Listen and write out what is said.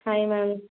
hi ma'am